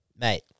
Mate